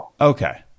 Okay